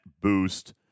boost